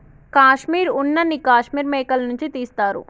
కాశ్మీర్ ఉన్న నీ కాశ్మీర్ మేకల నుంచి తీస్తారు